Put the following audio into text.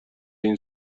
این